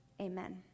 Amen